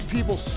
People